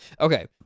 Okay